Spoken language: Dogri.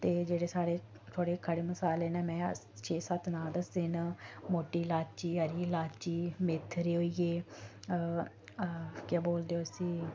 ते जेह्ड़े साढ़े थोह्ड़े खड़े मसाले न में छे सत्त नांऽ दस्से न मोटी लाची हरी लाची मेथरे होई गे केह् बोलदे उसी